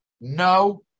no